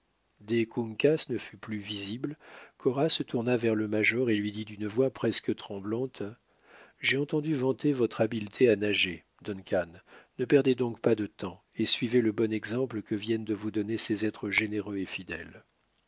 dès qu'uncas ne fut plus visible cora se tourna vers le major et lui dit d'une voix presque tremblante j'ai entendu vanter votre habileté à nager duncan ne perdez donc pas de temps et suivez le bon exemple que viennent de vous donner ces êtres généreux et fidèles